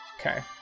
Okay